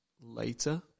later